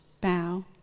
bow